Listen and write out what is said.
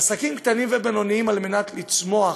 עסקים קטנים ובינוניים, על מנת לצמוח,